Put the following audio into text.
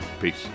Peace